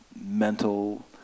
mental